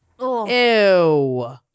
Ew